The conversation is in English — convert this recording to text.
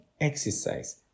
exercise